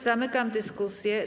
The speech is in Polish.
Zamykam dyskusję.